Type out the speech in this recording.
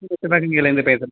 சிவகங்கையிலேந்து பேசறேன் சார்